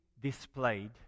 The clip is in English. displayed